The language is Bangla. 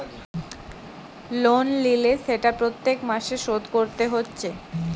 লোন লিলে সেটা প্রত্যেক মাসে শোধ কোরতে হচ্ছে